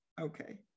Okay